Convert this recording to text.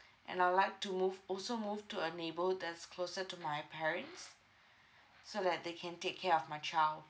and I would like to move also move to a neighbourhood that's closer to my parents so that they can take care of my child